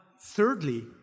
thirdly